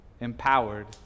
empowered